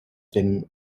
thin